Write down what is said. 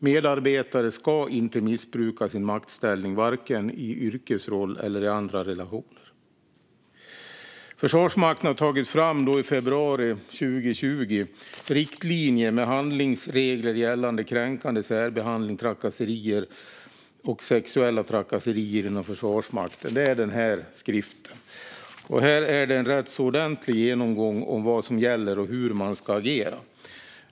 Medarbetare ska inte missbruka sin maktställning vare sig i yrkesroll eller i andra relationer. Försvarsmakten tog i februari 2020 fram skriften Riktlinje med handlingsregler gällande kränkande särbehandling, trakasserier och sexuella trakasserier inom Försvarsmakten . Det är den skrift jag håller i mina hand. Här finns en ordentlig genomgång om vad som gäller och hur man ska agera.